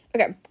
okay